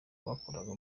bakoraga